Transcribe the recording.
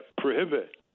prohibit